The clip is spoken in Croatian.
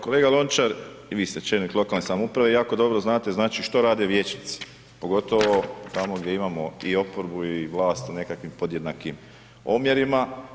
Kolega Lončar i vi ste čelnik lokalne samouprave i jako dobro znate što rade vijećnici, pogotovo tamo gdje imamo i oporbu i vlast u nekakvim podjednakim omjerima.